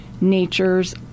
nature's